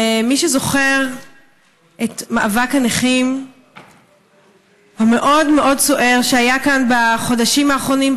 ומי שזוכר את מאבק הנכים המאוד-מאוד סוער שהיה כאן בחודשים האחרונים,